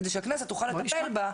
כדי שהכנסת תוכל לטפל בה.